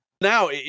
Now